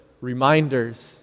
reminders